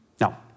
Now